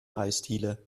eisdiele